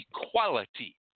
equality